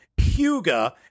huga